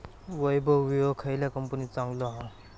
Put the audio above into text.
वैभव विळो खयल्या कंपनीचो चांगलो हा?